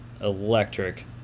electric